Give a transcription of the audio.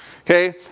Okay